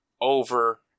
over